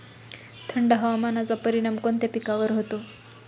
थंड हवामानाचा परिणाम कोणत्या पिकावर होतो?